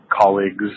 colleagues